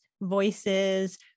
voices